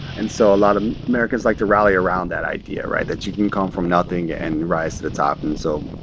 and so a lot of americans like to rally around that idea right? that you can come from nothing and rise to the top. and so,